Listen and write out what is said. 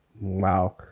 Wow